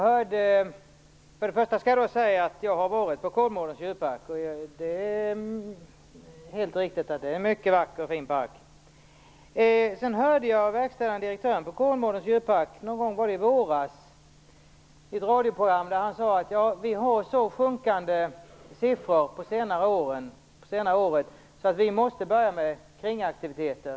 Herr talman! Jag har varit på Kolmårdens djurpark. Det är en mycket vacker och fin park. Jag hörde verkställande direktören för Kolmårdens djurpark någon gång i våras i radio säga att Kolmården har så sjunkande besökssiffror att man måste börja med kringaktiviteter.